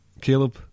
Caleb